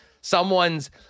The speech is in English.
Someone's